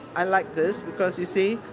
i like this, because you see,